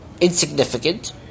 insignificant